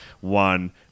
one